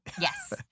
Yes